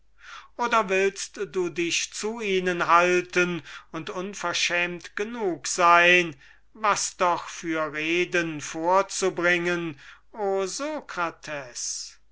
oder willst du dich zu ihnen halten und unverschämt genug sein was doch für reden vorzubringen o